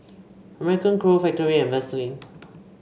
American Crew Factorie and Vaseline